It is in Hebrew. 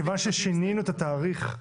מכיוון ששינינו את התאריך,